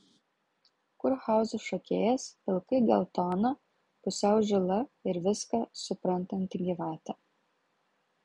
kurhauzų šokėjas pilkai geltona pusiau žila ir viską suprantanti gyvatė